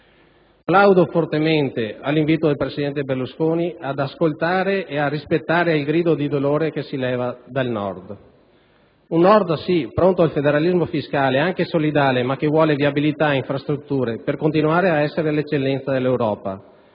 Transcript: Plaudo fortemente all'invito del presidente Berlusconi ad ascoltare e rispettare il grido di dolore che si leva dal Nord. Il Nord è certamente pronto al federalismo fiscale, anche solidale, ma vuole viabilità ed infrastrutture per continuare ad essere l'eccellenza dell'Europa.